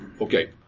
Okay